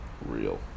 real